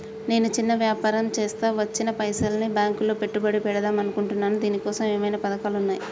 నేను చిన్న వ్యాపారం చేస్తా వచ్చిన పైసల్ని బ్యాంకులో పెట్టుబడి పెడదాం అనుకుంటున్నా దీనికోసం ఏమేం పథకాలు ఉన్నాయ్?